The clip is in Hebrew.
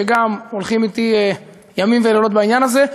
שגם הולכים אתי ימים ולילות בעניין הזה.